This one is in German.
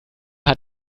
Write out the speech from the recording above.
hat